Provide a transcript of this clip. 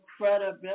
credibility